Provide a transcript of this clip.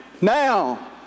now